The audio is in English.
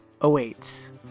awaits